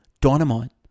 dynamite